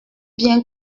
bien